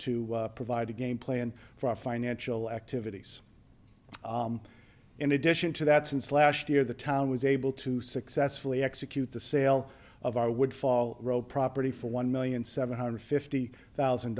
to provide a game plan for our financial activities in addition to that since last year the town was able to successfully execute the sale of our would fall roe property for one million seven hundred fifty thousand